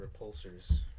repulsors